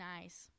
nice